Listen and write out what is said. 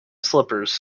slippers